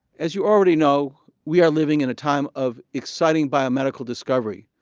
as you already know we are living in a time of exciting biomedical discovery.